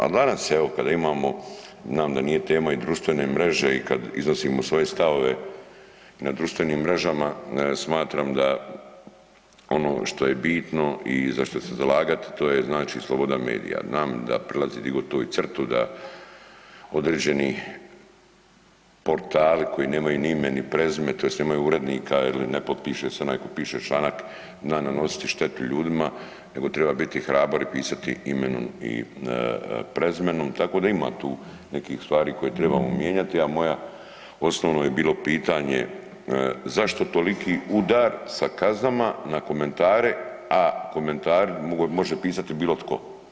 Ali nadam se evo kada imamo, znam da nije tema i društvene mreže i kada iznosimo svoje stavove na društvenim mrežama smatram da ono što je bitno i za što se zalagati to je znači sloboda medija, znam da prelazi di god to i crtu da određeni portali koji nemaju ni ime, ni prezime tj. nemaju urednika ili ne potpiše se onaj tko piše članak zna nanositi štetu ljudima nego treba biti hrabar i pisati imenom i prezimenom tako da ima tu nekih stvari koje trebamo mijenjati, a moje osnovno je bilo pitanje zašto toliki udar sa kaznama na komentare, a komentari može pisati bilo tko.